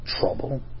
trouble